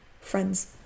friends